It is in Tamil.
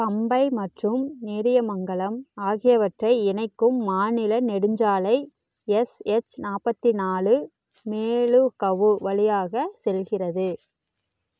பம்பை மற்றும் நேரியமங்கலம் ஆகியவற்றை இணைக்கும் மாநில நெடுஞ்சாலை எஸ் எச் நாற்பத்தி நாலு மேலுகவு வழியாக செல்கிறது